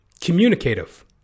communicative